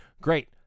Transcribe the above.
Great